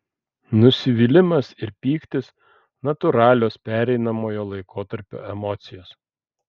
nusivylimas ir pyktis natūralios pereinamojo laikotarpio emocijos